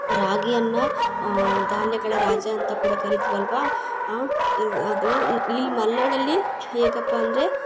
ರಾಗಿಯನ್ನು ಧಾನ್ಯಗಳ ರಾಜ ಅಂತ ಕೂಡ ಕರೀತಿವಲ್ವಾ ಇದು ಅದು ಇಲ್ಲಿ ಮಲೆನಾಡಲ್ಲಿ ಹೇಗಪ್ಪಾ ಅಂದರೆ